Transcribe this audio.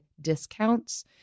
discounts